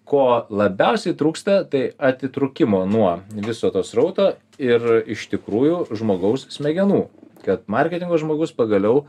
ko labiausiai trūksta tai atitrūkimo nuo viso to srauto ir iš tikrųjų žmogaus smegenų kad marketingo žmogus pagaliau